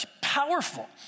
powerful